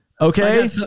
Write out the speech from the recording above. okay